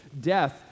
death